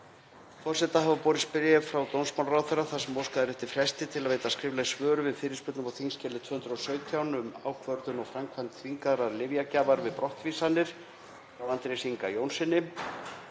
Forseta hafa borist bréf frá dómsmálaráðherra þar sem óskað er eftir fresti til að veita skrifleg svör við fyrirspurnum á þskj. 217, um ákvörðun og framkvæmd þvingaðrar lyfjagjafar við brottvísanir,